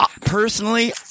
personally